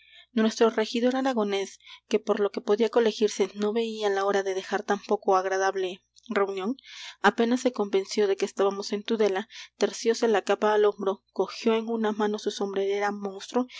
nuestro regidor aragonés que por lo que podía colegirse no veía la hora de dejar tan poco agradable reunión apenas se convenció de que estábamos en tudela tercióse la capa al hombro cogió en una mano su sombrerera monstruo